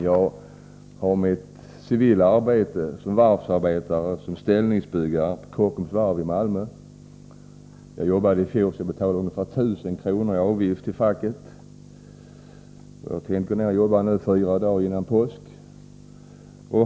Jag har mitt civila arbete som varvsarbetare, som ställningsbyggare, på Kockums varv i Malmö. Jag jobbade i fjol så mycket att jag betalade ungefär 1 000 kr. i avgift till facket. Jag skall nu jobba fyra dagar före påsk.